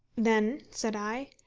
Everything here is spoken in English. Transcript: then, said i,